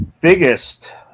biggest